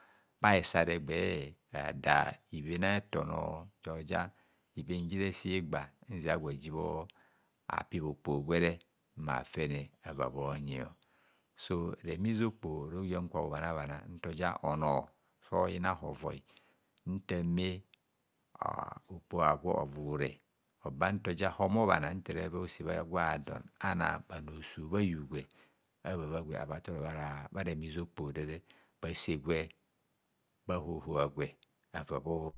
Bha hesare egbeh ada ibhen a'etor nor gwo ja ibhen jire si gba nzia gwo ajibho apip okpoho gwere bhafene ava bhonyio so remiza okpoho ora uya kwo obhana bhana ntoja onor soyin hovoi nta ame okpoho agwo ovare oba ntoja omo bhana nta ra va a'osebha don ana bhanor suo bhayu gwe ava va gwe aforo bha remiza okpoho mma bha hohobha gwe ava bhonyi